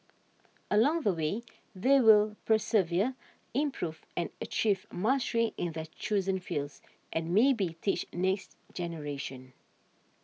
along the way they will persevere improve and achieve mastery in their chosen fields and maybe teach next generation